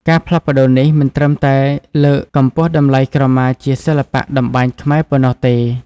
ការផ្លាស់ប្តូរនេះ មិនត្រឹមតែលើកកម្ពស់តម្លៃក្រមាជាសិល្បៈតម្បាញខ្មែរប៉ុណ្ណោះទេ។